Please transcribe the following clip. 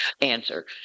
answer